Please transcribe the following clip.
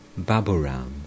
Baburam